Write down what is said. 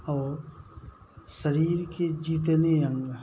और शरीर के जितने अंग हैं